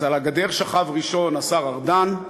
על הגדר שכב ראשון השר ארדן.